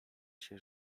się